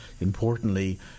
importantly